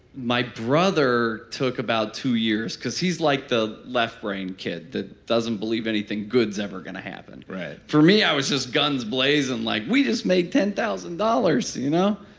my brother took about two years cause he's like the left-brain kid that doesn't believe anything good's ever going to happen right for me i was just guns blazing, like, we just made ten thousand dollars! you know?